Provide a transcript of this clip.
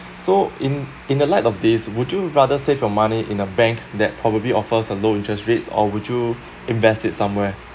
so in in the light of this would you rather save your money in a bank that probably offers a low interest rates or would you invest it somewhere